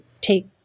take